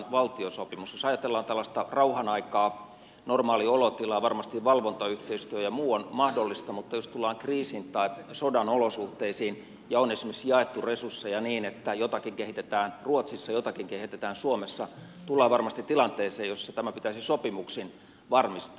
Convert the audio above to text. jos ajatellaan tällaista rauhanaikaa normaaliolotilaa varmasti valvontayhteistyö ja muu on mahdollista mutta jos tullaan kriisin tai sodan olosuhteisiin ja on esimerkiksi jaettu resursseja niin että jotakin kehitetään ruotsissa jotakin kehitetään suomessa tullaan varmasti tilanteeseen jossa tämä pitäisi sopimuksin varmistaa